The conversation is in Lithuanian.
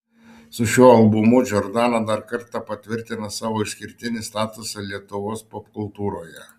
su šiuo albumu džordana dar kartą patvirtina savo išskirtinį statusą lietuvos popkultūroje